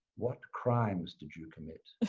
what crimes did you commit?